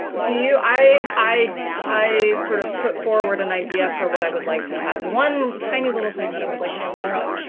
yeah i i sort of put forward an idea for what i would like to have. one tiny little thing that i would like to have more of.